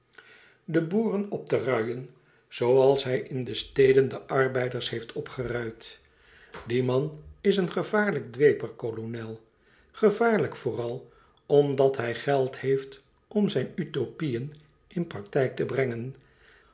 de boeren op te ruien zooals hij in de steden de arbeiders heeft opgeruid die man is een gevaarlijk dweper kolonel gevaarlijk vooral omdat hij geld heeft om zijn utopieën in praktijk te brengen